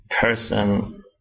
person